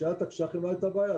כאשר היו התקש"חים לא הייתה בעיה.